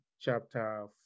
chapter